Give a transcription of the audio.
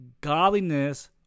Godliness